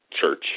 church